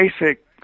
basic